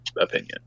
opinion